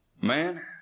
man